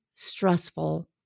stressful